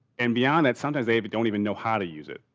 and beyond that sometimes a but don't even know how to use it.